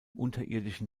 unterirdischen